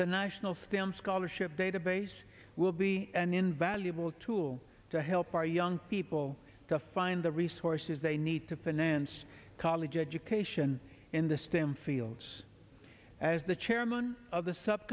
the national stem scholarship database will be an invaluable tool to help our young people to find the resources they need to finance college education in the stem fields as the chairman of the sub